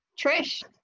Trish